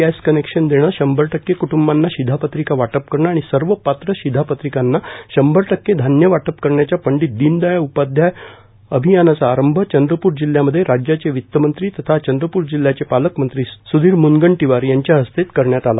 gas connection देणे शंभर टक्के क्ट्ंबांना शिधापत्रिका वाटप करणे आणि सर्व पात्र शिधापत्रिकांना शंभर टक्के धान्य वाटप करण्याच्या पंडित दीनदयाळ उपाध्याय अभियानाचा आरंभ चंद्रपूर जिल्ह्यामध्ये राज्याचे वित मंत्री तथा चंद्रपूर जिल्ह्याचे पालक मंत्री स्धीर म्नगंटीवार यांच्या हस्ते करण्यात आला